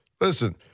listen